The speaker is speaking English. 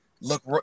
look